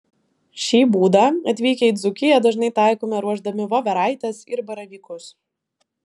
šį būdą atvykę į dzūkiją dažnai taikome ruošdami voveraites ir baravykus